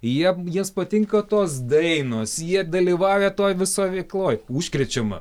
jiem jiems patinka tos dainos jie dalyvauja toj visoj veikloj užkrečiama